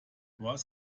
was